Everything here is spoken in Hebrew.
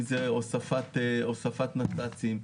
אם זה הוספת נת"צים,